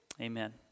Amen